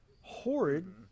horrid